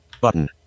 button